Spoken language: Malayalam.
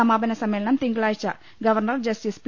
സമാപന സമ്മേളനം തിങ്കളാഴ്ച ഗവർണ്ണർ ജസ്റ്റിസ് പി